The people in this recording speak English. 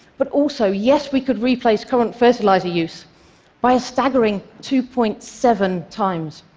but also yes, we could replace current fertilizer use by a staggering two point seven times.